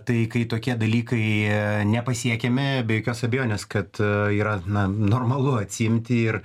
tai kai tokie dalykai nepasiekiami be jokios abejonės kad yra na normalu atsiimti ir